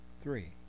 Three